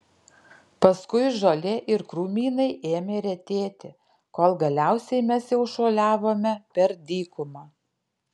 paskui žolė ir krūmynai ėmė retėti kol galiausiai mes jau šuoliavome per dykumą